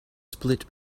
split